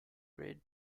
grade